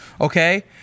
Okay